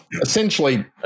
essentially